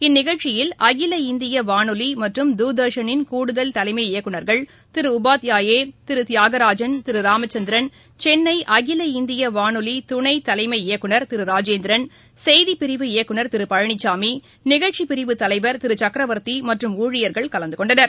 இந்நிகழ்ச்சியில் அகில இந்திய வானொலி மற்றும் தூர்தர்ஷனின் கூடுதல் தலைமை இயக்குனர்கள் திரு உபாத்யாயே திரு தியாகராஜன் திரு ராமச்சந்திரன் சென்னை அகில இந்திய வானொலி துணை தலைமை இயக்குனர் திரு ராஜேந்திரன் செய்திப்பிரிவு இயக்குனர் திரு பழனிச்சாமி நிகழ்ச்சிப்பிரிவு தலைவர் திரு சக்கரவர்த்தி மற்றும் ஊழியர்கள் கலந்துகொண்டனர்